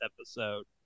episode